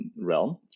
realm